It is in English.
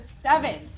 seven